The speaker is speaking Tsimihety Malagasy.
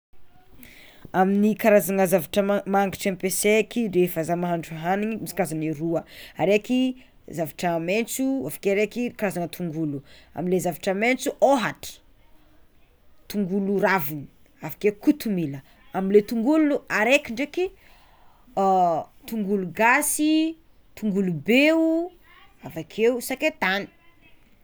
Ny karazana zavatra ma- mangitry ampiasaiky refa zah mahandro hagniny misy karazany roa araiky zavatra mentso avakeo raiky karazana tongolo, amle zavatra mentso ôhatra tongolo raviny avakeo kotomila amle tongolo araiky ndraiky tongolo gasy, tongolo be o avekeo sakaitany.